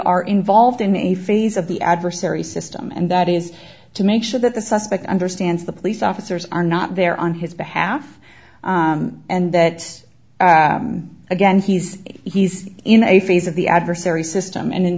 are involved in a phase of the adversary system and that is to make sure that the suspect understands the police officers are not there on his behalf and that again he's he's in a phase of the adversary system and in